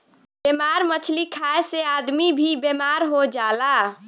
बेमार मछली खाए से आदमी भी बेमार हो जाला